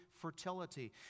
fertility